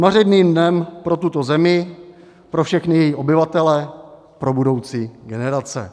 Zmařeným dnem pro tuto zemi, pro všechny její obyvatele, pro budoucí generace.